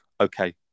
okay